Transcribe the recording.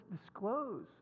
disclose